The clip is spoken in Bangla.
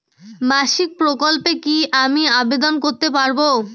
সামাজিক প্রকল্পে কি আমি আবেদন করতে পারবো?